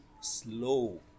slow